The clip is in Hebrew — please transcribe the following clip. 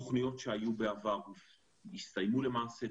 תוכניות שהיו בעבר הסתיימו למעשה,